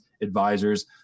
advisors